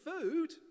food